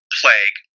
plague